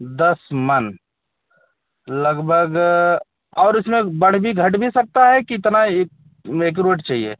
दस मन लगभग और उसमें बढ़ भी घट भी सकता है कि इतना ही एकुरेट चाहिए